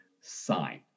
sign